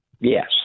Yes